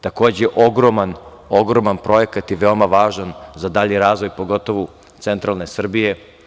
Takođe ogroman, ogroman projekat i veoma važan za dalji razvoj, pogotovu centralne Srbije.